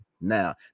now